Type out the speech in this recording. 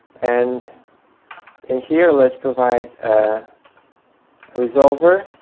and in here, let's provide a resolver,